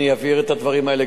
אני אעביר את הדברים האלה,